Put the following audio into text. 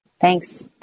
Thanks